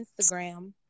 Instagram